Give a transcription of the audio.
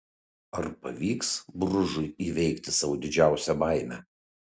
ar pavyks bružui įveikti savo didžiausią baimę